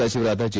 ಸಚಿವರಾದ ಜೆ